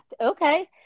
okay